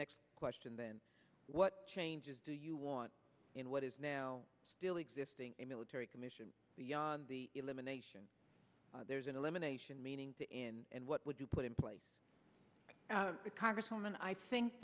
next question then what changes do you want in what is now still existing a military commission beyond the elimination there's an elimination meaning in what would you put in place the congresswoman i think